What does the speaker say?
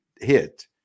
hit